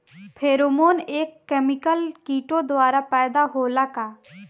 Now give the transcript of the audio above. Pheromone एक chemical किटो द्वारा पैदा होला का?